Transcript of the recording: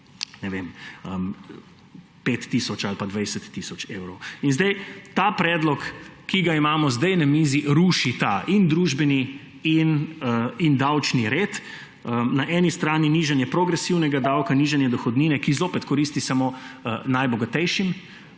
nakaplja, 5 tisoč ali pa 20 tisoč evrov. Zdaj ta predlog, ki ga imamo zdaj na mizi, ruši in družbeni in davčni red. Na eni strani nižanje progresivnega davka, nižanje dohodnine, ki zopet koristi samo najbogatejšim